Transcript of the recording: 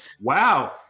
Wow